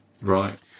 Right